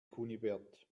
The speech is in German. kunibert